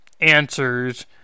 answers